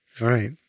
right